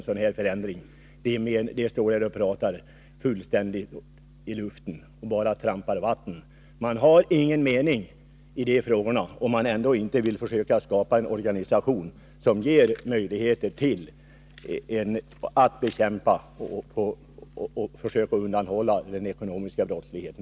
Då pratar man bara i luften — ja, låt mig säga att man trampar vatten. Man har egentligen ingen mening i dessa frågor, om man inte vill försöka skapa en organisation som ger möjligheter att på bästa sätt bekämpa den ekonomiska brottsligheten.